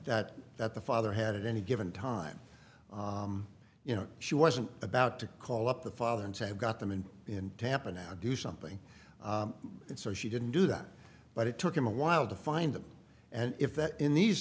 that that the father had at any given time you know she wasn't about to call up the father and say got them in in tampa now do something and so she didn't do that but it took him a while to find them and if that in these